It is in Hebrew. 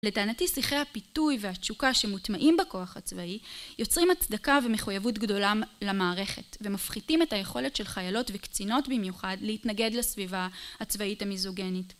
לטענתי, שיחי הפיתוי והתשוקה שמוטמעים בכוח הצבאי יוצרים הצדקה ומחויבות גדולה למערכת ומפחיתים את היכולת של חיילות וקצינות במיוחד להתנגד לסביבה הצבאית המיזוגנית